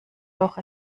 loch